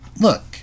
look